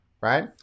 right